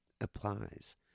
applies